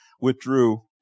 withdrew